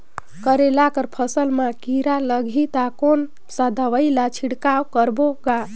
करेला कर फसल मा कीरा लगही ता कौन सा दवाई ला छिड़काव करबो गा?